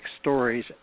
stories